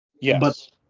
Yes